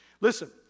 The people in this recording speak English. Listen